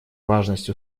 важность